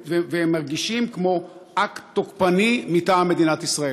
ויוצרים רושם של אקט תוקפני מטעם מדינת ישראל.